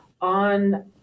on